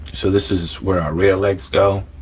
so this is where our rear legs go,